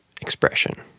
expression